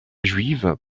juive